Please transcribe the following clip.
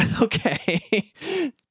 Okay